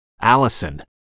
Allison